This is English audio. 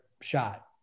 shot